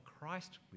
Christ